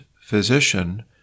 physician